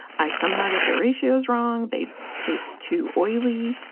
i somehow get the ratios wrong, they taste too oily.